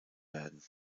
werden